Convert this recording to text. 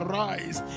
rise